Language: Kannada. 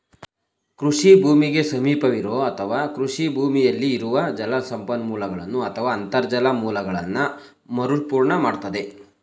ಕೃಷಿ ಭೂಮಿಗೆ ಸಮೀಪವಿರೋ ಅಥವಾ ಕೃಷಿ ಭೂಮಿಯಲ್ಲಿ ಇರುವ ಜಲಮೂಲಗಳನ್ನು ಅಥವಾ ಅಂತರ್ಜಲ ಮೂಲಗಳನ್ನ ಮರುಪೂರ್ಣ ಮಾಡ್ತದೆ